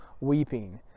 weeping